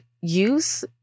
use